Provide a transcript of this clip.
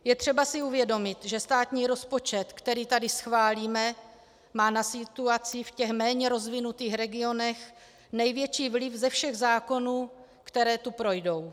Je třeba si uvědomit, že státní rozpočet, který tady schválíme, má na situaci v těch méně rozvinutých regionech největší vliv ze všech zákonů, které tu projdou.